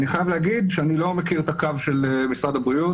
אני חייב להגיד שאני לא מכיר את הקו של משרד הבריאות,